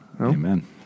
Amen